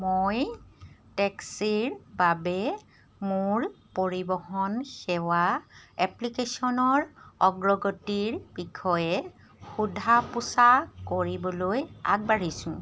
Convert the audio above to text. মই টেক্সিৰ বাবে মোৰ পৰিবহণ সেৱা এপ্লিকেচনৰ অগ্ৰগতিৰ বিষয়ে সোধা পোছা কৰিবলৈ আগবাঢ়িছোঁ